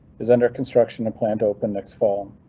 is under construction and plan to open next fall.